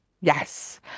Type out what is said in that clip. yes